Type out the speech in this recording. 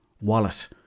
wallet